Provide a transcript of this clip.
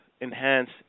enhance